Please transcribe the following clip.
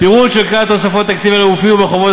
פירוט של כלל תוספות תקציב אלו הופיע בחוברות